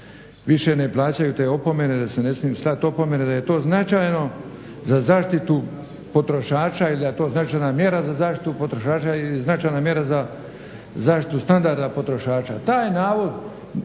više ne plaćaju te opomene, da se ne smiju slati opomene da je to značajno za zaštitu potrošača i da je to značajna mjera za zaštitu potrošača i značajna mjera za zaštitu standarda potrošača. Taj navod,